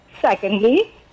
Secondly